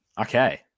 Okay